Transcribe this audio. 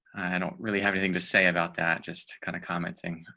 i don't really have anything to say about that just kind of commenting.